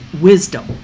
wisdom